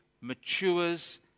matures